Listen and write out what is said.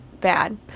bad